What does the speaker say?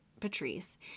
Patrice